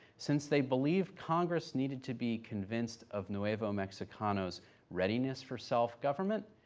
since they believed congress needed to be convinced of nuevo mexicano's readiness for self government,